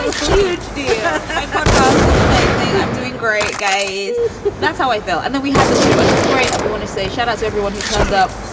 so huge deal. yeah i've got guys is amazing. i'm doing great, guys that's how i feel. and then we have the show and it was great. and we want to say shout out to everyone who turned up.